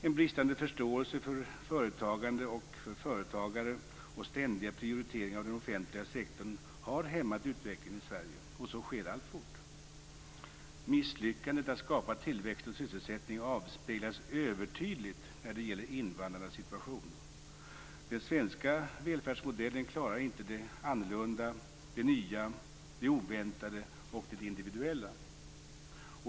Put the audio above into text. En bristande förståelse för företagande och för företagare och ständiga prioriteringar av den offentliga sektorn har hämmat utvecklingen i Sverige, och så sker alltfort. Misslyckandet att skapa tillväxt och sysselsättning avspeglas övertydligt när det gäller invandrarnas situation. Den svenska välfärdsmodellen klarar inte det annorlunda, det nya, det oväntade och det individuella.